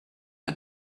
had